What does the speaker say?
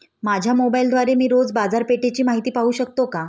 माझ्या मोबाइलद्वारे मी रोज बाजारपेठेची माहिती पाहू शकतो का?